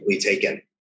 taken